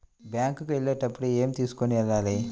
Bank కు వెళ్ళేటప్పుడు ఏమి తీసుకొని వెళ్ళాలి?